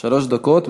שלוש דקות.